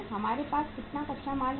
हमारे पास कितना कच्चा माल होगा